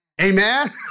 Amen